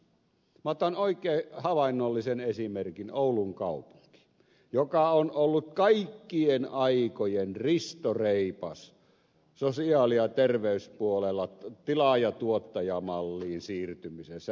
minä otan oikein havainnollisen esimerkin oulun kaupungin joka on ollut kaikkien aikojen ristoreipas sosiaali ja terveyspuolella tilaajatuottaja malliin siirtymisessä